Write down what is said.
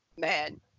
Man